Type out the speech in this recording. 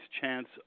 chance